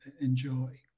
enjoy